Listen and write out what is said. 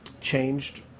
changed